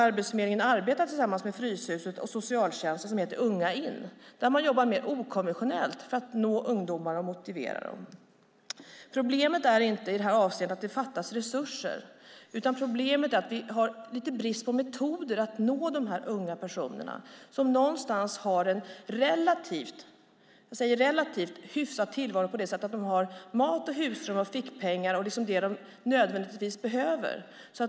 Arbetsförmedlingen arbetar tillsammans med Fryshuset och socialtjänsten, nämligen Unga In. De arbetar mer okonventionellt för att nå ungdomar och motivera dem. Problemet är i det här avseendet inte att det skulle fattas resurser, utan problemet är att det råder brist på metoder för att nå de unga personerna. De har någonstans en relativt hyfsad tillvaro på så sätt att de har mat, husrum, fickpengar och det de nödvändigtvis behöver.